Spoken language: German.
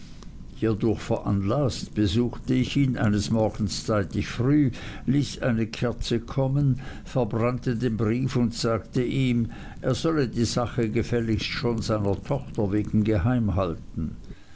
hierdurch veranlaßt besuchte ich ihn eines morgens zeitig früh ließ eine kerze kommen verbrannte den brief und sagte ihm er solle die sache gefälligst schon seiner tochter wegen geheim halten